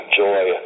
joy